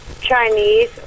Chinese